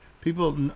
people